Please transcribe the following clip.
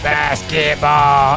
Basketball